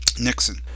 nixon